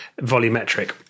volumetric